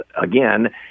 again